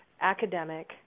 academic